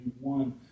one